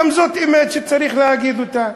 גם זאת אמת שצריך להגיד אותה.